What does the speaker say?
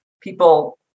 people